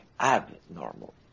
abnormal